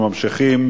אנחנו ממשיכים